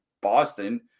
boston